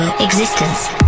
Existence